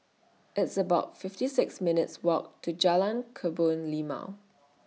It's about fifty six minutes' Walk to Jalan Kebun Limau